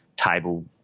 table